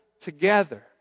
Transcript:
together